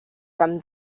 from